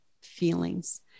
feelings